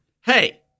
Hey